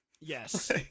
yes